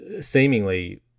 seemingly